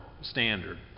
standard